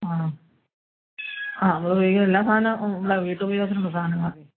ആണോ ആ എല്ലാ സാധനവും അല്ല വീട്ടുപയോഗത്തിനുള്ള സാധനം മതി